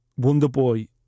Wonderboy